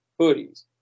hoodies